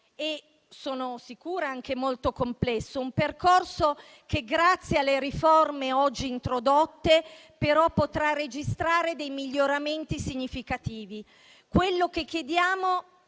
e sono sicura anche molto complesso, ma che grazie alle riforme oggi introdotte potrà registrare dei miglioramenti significativi. Quello che chiediamo